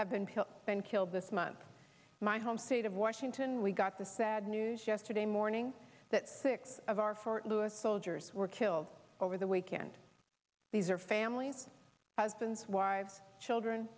have been till been killed this month my home state of washington we got the sad news yesterday morning that six of our fort lewis soldiers were killed over the weekend these are families husbands wives children